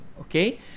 okay